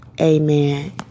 Amen